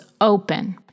open